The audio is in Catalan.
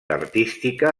artística